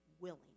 willing